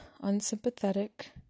unsympathetic